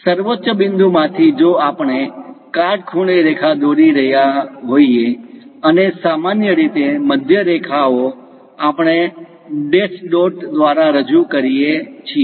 સર્વોચ્ચ બિંદુ માંથી જો આપણે કાટખૂણે રેખા દોરી રહ્યા હોઈએ અને સામાન્ય રીતે મધ્ય રેખા ઓ આપણે ડેશ ડોટ દ્વારા રજૂ કરીએ છીએ